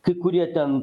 kai kurie ten